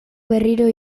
berriro